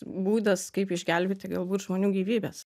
būdas kaip išgelbėti galbūt žmonių gyvybes